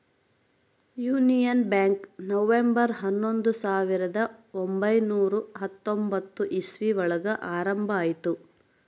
union Bank November ಹನ್ನೊಂದು ಸಾವಿರದ ಒಂಬೈನುರ ಹತ್ತೊಂಬತ್ತು ಇಸ್ವಿ ಒಳಗ ಆರಂಭ ಆಯ್ತು